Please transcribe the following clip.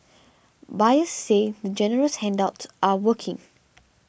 buyers say the generous handouts are working